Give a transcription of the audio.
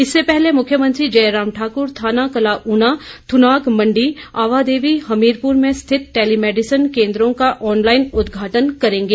इससे पहले मुख्यमंत्री जयराम ठाक्र थाना कंला ऊना थ्रनाग मंडी अवाहदेवी हमीरपुर में स्थित टेलीमैडिसन केन्द्रों का ऑनलाईन उद्घाटन करेंगे